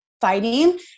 fighting